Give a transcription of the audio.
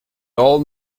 all